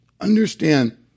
Understand